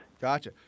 Gotcha